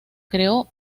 creó